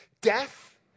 death